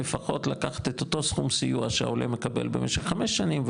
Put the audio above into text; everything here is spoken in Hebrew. לפחות לקחת את אותו סכום סיוע שהעולה מקבל במשך 5 שנים,